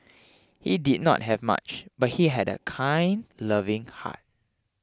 he did not have much but he had a kind loving heart